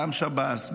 גם שב"ס,